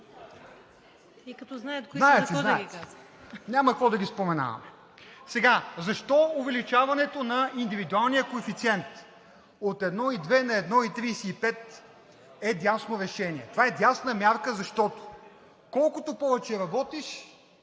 Няма какво да ги споменаваме. Защо увеличаването на индивидуалния коефициент от 1,2 на 1,35 е дясно решение? Това е дясна мярка, защото колкото повече работиш,